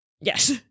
Yes